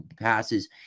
passes